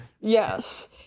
yes